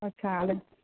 अच्छा